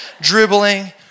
dribbling